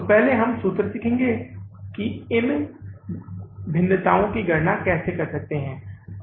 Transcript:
तो पहले हम सूत्र सीखेंगे कि हम इन भिन्नताओं की गणना कैसे कर सकते हैं